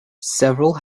several